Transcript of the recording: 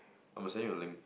I will send you a link